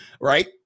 Right